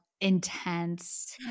intense